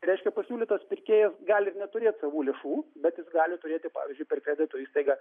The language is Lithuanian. reiškia pasiūlytas pirkėjas gali ir neturėt savų lėšų bet jis gali turėti pavyzdžiui per kredito įstaigą